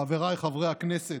חבריי חברי הכנסת,